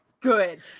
Good